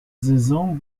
saison